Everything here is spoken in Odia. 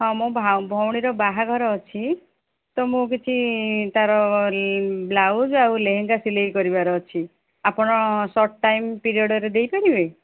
ହଁ ମୋ ଭଉଣୀର ବାହାଘର ଅଛି ତ ମୁଁ କିଛି ତାର ବ୍ଲାଉଜ ଆଉ ଲେହେଙ୍ଗା ସିଲେଇ କରିବାର ଅଛି ଆପଣ ସର୍ଟ୍ ଟାଇମ ପିରିଅଡ଼ରେ ଦେଇ ପାରିବେ